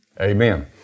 Amen